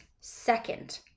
second